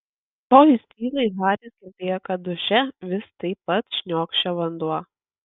stojus tylai haris girdėjo kad duše vis taip pat šniokščia vanduo